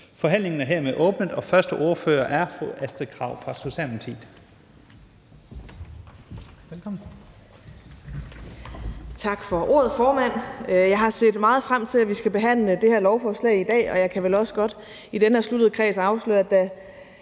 Forhandlingen er hermed åbnet, og den første ordfører er fru Astrid Krag fra Socialdemokratiet.